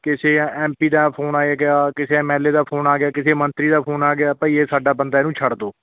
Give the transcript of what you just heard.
ਕਿਸੇ M P ਦਾ phone ਆਏ ਗਿਆ ਕਿਸੇ ਐੱਮ ਐੱਲ ਏ ਦਾ ਫੋਨ ਆ ਗਿਆ ਕਿਸੇ ਮੰਤਰੀ ਦਾ ਫੋਨ ਆ ਗਿਆ ਭਾਈ ਇਹ ਸਾਡਾ ਬੰਦਾ ਇਹਨੂੰ ਛੱਡ ਦਿਓ